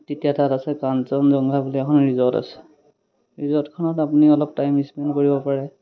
তেতিয়া তাত আছে কাঞ্চনজংঘা বুলি এখন ৰিজৰ্ট আছে ৰিজৰ্টখনত আপুনি অলপ টাইম স্পেণ্ড কৰিব পাৰে